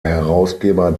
herausgeber